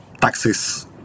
taxes